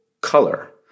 color